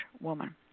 woman